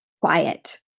quiet